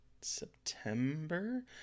September